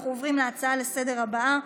אנחנו עוברים להצעה לסדר-היום הבאה,